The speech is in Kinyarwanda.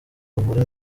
bavura